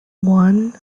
one